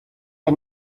the